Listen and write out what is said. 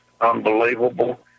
Unbelievable